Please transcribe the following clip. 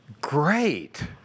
great